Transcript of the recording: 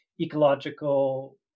ecological